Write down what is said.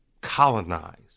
colonize